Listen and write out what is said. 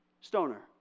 Stoner